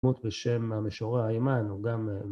דמות בשם המשורע האמן, הוא גם...